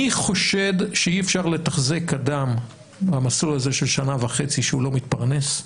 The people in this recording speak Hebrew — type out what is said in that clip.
אני חושד שאי אפשר לתחזק אדם במסלול הזה של שנה וחצי כשהוא לא מתפרנס,